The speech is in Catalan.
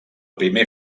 primer